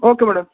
okay madam